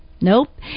Nope